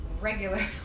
regularly